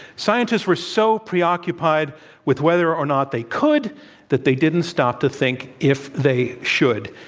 scientists were so preoccupied with whether or not they could that they didn't stop to think if they should.